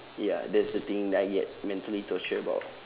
ya that's the thing I get mentally tortured about